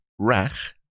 Rach